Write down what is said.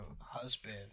husband